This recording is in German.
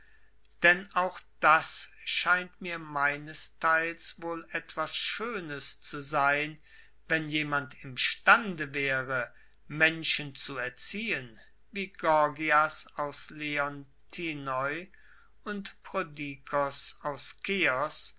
denn auch das scheint mir meinesteils wohl etwas schönes zu sein wenn jemand imstande wäre menschen zu erziehen wie gorgias aus leontinoi und prodikos aus